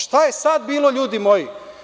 Šta je sada bilo, ljudi moji?